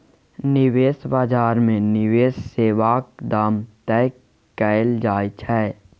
निबेश बजार मे निबेश सेबाक दाम तय कएल जाइ छै